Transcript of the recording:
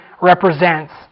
represents